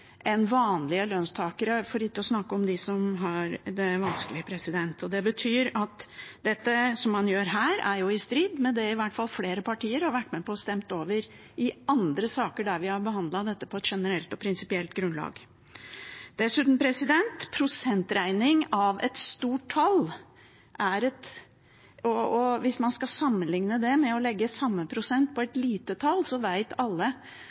vanlige lønnstakere, for ikke å snakke om dem som har det vanskelig. Det betyr at dette man gjør her, er i strid med det flere partier har vært med på og stemt over i andre saker der vi har behandlet dette på et generelt og prinsipielt grunnlag. Dessuten er det prosentregning av et stort tall, og hvis man sammenligner det med å legge samme prosent på et lite tall, vet alle